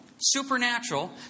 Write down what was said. supernatural